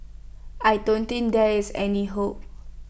I don't think there is any hope